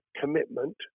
commitment